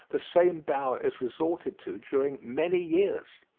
the same bower is resorted to during many years.